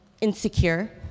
insecure